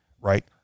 right